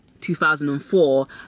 2004